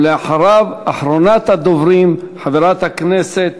ואחריו, אחרונת הדוברים, חברת הכנסת